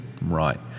right